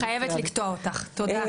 אני חייבת לקטוע אותך, תודה.